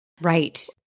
Right